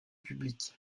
public